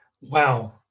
Wow